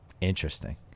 Interesting